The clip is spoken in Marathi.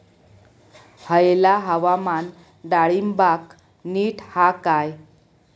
हयला हवामान डाळींबाक नीट हा काय?